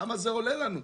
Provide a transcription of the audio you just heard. כמה זה עולה לנו?